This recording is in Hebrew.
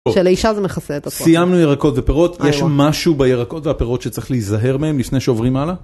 שלאישה זה מכסה את הפירות. סיימנו ירקות ופירות, יש משהו בירקות והפירות שצריך להיזהר מהם לפני שעוברים הלאה?